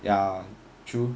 ya true